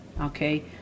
Okay